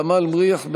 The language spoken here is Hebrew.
ע'דיר כמאל מריח,